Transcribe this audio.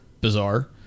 bizarre